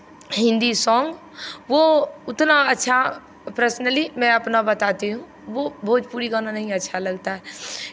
Hindi song वो उतना अच्छा पर्सनली मैं अपना बताती हूँ वो भोजपुरी गाना नहीं अच्छा लगता है